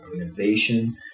innovation